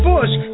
Bush